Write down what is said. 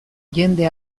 jende